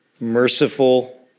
merciful